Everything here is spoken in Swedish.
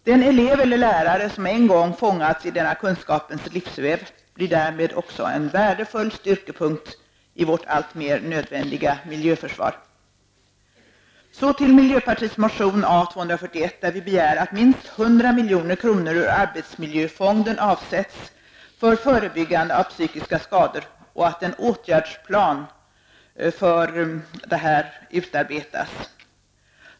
Den elev eller lärare, som en gång fångats i denna kunskapens livsväv blir därmed också en värdefull styrkepunkt i vårt allt mer nödvändiga miljöförsvar. Så till miljöpartiets motion A241, där vi begär att minst 100 milj.kr. ur arbetsmiljöfonden avsätts för förebyggande av psykiska skador och att en åtgärdsplan för detta utarbetas.